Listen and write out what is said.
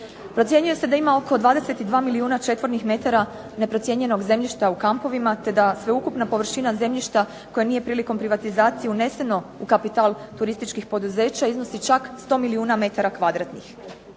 Procjenjuje se da ima oko 22 milijuna četvornih metara neprocijenjenog zemljišta u kampovima te da sveukupna površina zemljišta koje nije prilikom privatizacije uneseno u kapital turističkih poduzeća iznosi čak 100 milijuna metara kvadratnih.